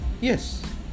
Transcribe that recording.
Yes